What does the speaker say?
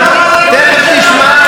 תכף תשמע.